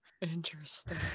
interesting